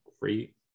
great